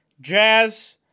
Jazz